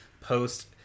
post